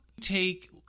take